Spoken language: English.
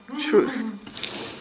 truth